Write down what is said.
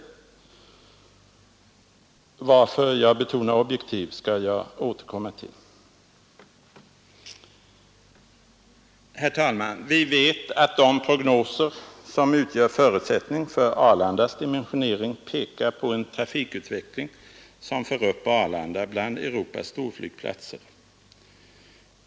Varför jag betonar detta skall jag återkomma till. Herr talman! Vi vet att de prognoser som utgör förutsättning för Arlandas dimensionering pekar på en trafikutveckling som för upp Arlanda bland Europas storflygplatser.